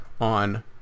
on